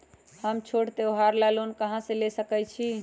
हम छोटा त्योहार ला लोन कहां से ले सकई छी?